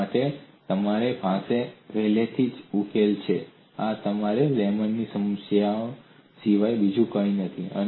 આ માટે તમારી પાસે પહેલેથી જ ઉકેલ છે આ તમારી લેમેસLamė'sની સમસ્યા સિવાય બીજું કંઈ નથી